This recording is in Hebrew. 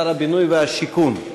שר הבינוי והשיכון,